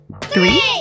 Three